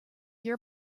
your